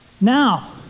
Now